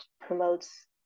promotes